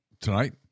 tonight